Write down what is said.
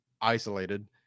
isolated